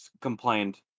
complained